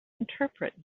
interpret